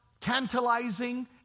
tantalizing